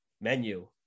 menu